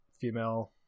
female